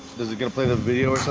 does it gonna play the video